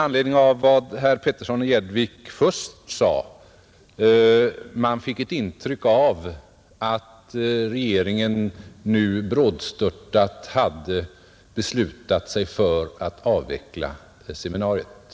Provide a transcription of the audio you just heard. Av vad herr Petersson i Gäddvik först anförde fick man närmast det intrycket att regeringen nu brådstörtat hade beslutat sig för att avveckla seminariet.